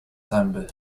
zęby